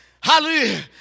Hallelujah